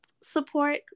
support